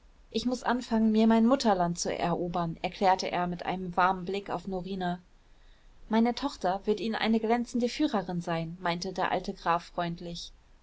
ich muß anfangen mir mein mutterland zu erobern erklärte er mit einem warmen blick auf norina meine tochter wird ihnen eine glänzende führerin sein meinte der alte graf freundlich